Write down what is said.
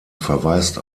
verweist